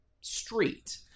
street